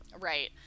Right